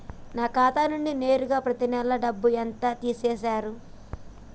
నా ఖాతా నుండి నేరుగా పత్తి నెల డబ్బు ఎంత తీసేశిర్రు?